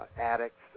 addicts